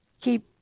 keep